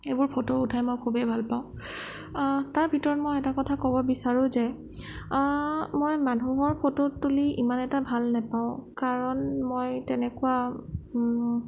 এইবোৰ ফটো উঠাই মই খুবেই ভাল পাওঁ তাৰভিতৰত মই এটা কথা ক'ব বিচাৰোঁ যে মই মানুহৰ ফটো তুলি ইমান এটা ভাল নাপাওঁ কাৰণ মই তেনেকুৱা